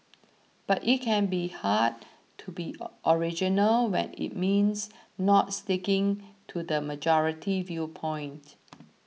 but it can be hard to be original when it means not sticking to the majority viewpoint